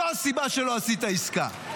זו הסיבה שלא עשית עסקה.